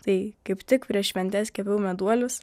tai kaip tik prieš šventes kepiau meduolius